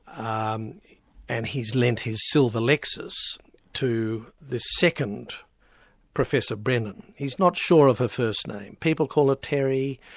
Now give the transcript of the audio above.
um um and he's lent his silver lexus to this second professor brennan. he's not sure of her first name. people call her ah terry,